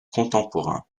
contemporain